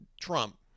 trump